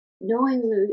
knowingly